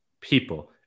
people